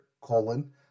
colon